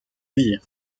vie